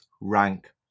rank